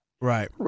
Right